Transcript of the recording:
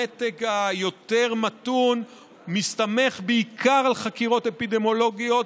המתג היותר-מתון מסתמך בעיקר על חקירות אפידמיולוגיות,